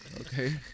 Okay